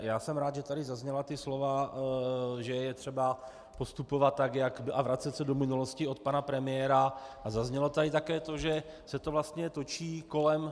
Já jsem rád, že tady zazněla ta slova, že je třeba postupovat a vracet se do minulosti, od pana premiéra, a zaznělo tady také to, že se to vlastně točí kolem notifikace.